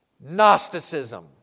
Gnosticism